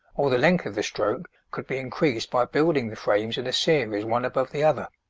or the length of the stroke could be increased by building the frames in a series one above the other.